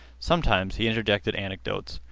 sometimes he interjected anecdotes.